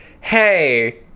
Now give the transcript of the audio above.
Hey